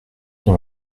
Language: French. dans